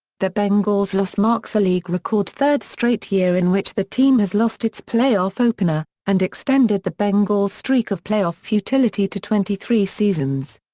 the bengals loss marks a league record third straight year in which the team has lost its playoff opener, and extended the bengals' streak of playoff futility to twenty three seasons.